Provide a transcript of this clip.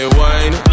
wine